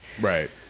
Right